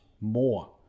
more